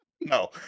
No